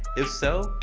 if so,